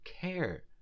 care